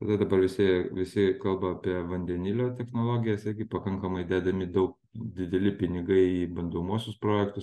nu dabar visi visi kalba apie vandenilio technologijas irgi pakankamai dedami daug dideli pinigai į bandomuosius projektus